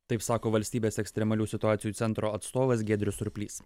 taip sako valstybės ekstremalių situacijų centro atstovas giedrius surplys